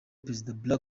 perezida